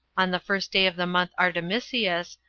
on the first day of the month artemisius,